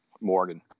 Morgan